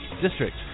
district